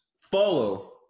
follow